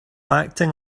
acting